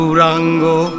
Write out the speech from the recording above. rango